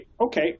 okay